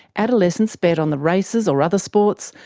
adolescents bet on the races or other sports,